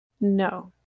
No